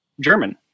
German